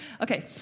Okay